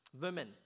women